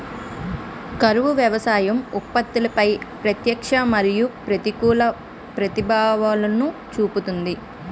కరువు వ్యవసాయ ఉత్పత్తిపై ప్రత్యక్ష మరియు ప్రతికూల ప్రభావాలను చూపుతుంది